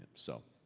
so,